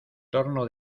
torno